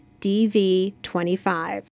DV25